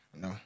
No